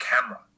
camera